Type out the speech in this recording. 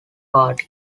party